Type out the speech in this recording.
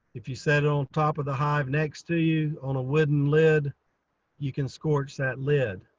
if you set on top of the hive next to you on a wooden lid you can scorch that lid.